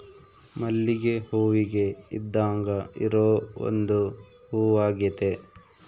ಮಲ್ಲಿಗೆ ಹೂವಿಗೆ ಇದ್ದಾಂಗ ಇರೊ ಒಂದು ಹೂವಾಗೆತೆ